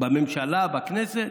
בממשלה, בכנסת?